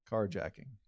carjacking